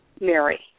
Mary